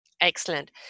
Excellent